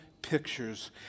pictures